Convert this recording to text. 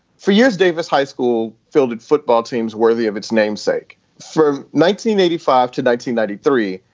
for years, davis high school fielded football teams worthy of its namesake for nineteen eighty five to nineteen ninety three.